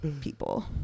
people